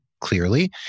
clearly